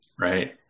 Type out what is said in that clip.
Right